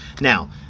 Now